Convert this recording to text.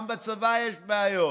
גם בצבא יש בעיות,